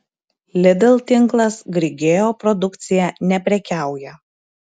lidl tinklas grigeo produkcija neprekiauja